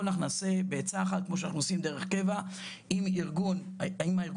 אנחנו נעשה בעצה אחת כמו שאנחנו עם דרך קבע עם הארגון היציג